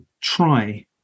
try